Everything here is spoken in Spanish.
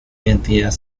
identidad